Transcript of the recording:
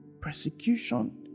Persecution